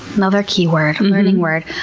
another key word, learning word.